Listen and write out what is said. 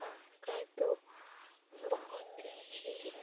हाँ गाय तो बहुत ही